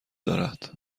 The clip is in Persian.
دارد